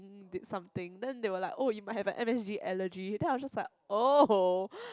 did something then they were like oh you might have a M_S_G allergy then I was just like [oho]